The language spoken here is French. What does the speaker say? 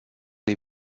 les